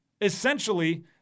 Essentially